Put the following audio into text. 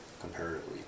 comparatively